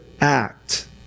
act